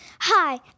Hi